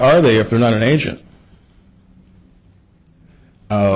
are they if they're not an agent